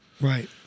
Right